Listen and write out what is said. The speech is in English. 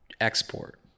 export